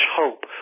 hope